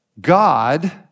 God